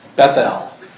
Bethel